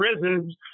prisons